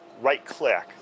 right-click